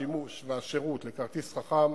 השימוש והשירות לכרטיס חכם